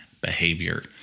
behavior